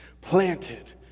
planted